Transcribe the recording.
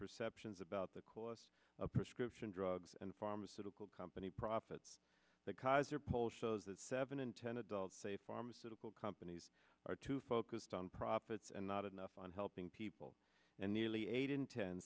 perceptions about the costs of prescription drugs and pharmaceutical company profits that cause their poll shows that seven in ten adults say pharmaceutical companies are too focused on profits and not enough on helping people and nearly eight in ten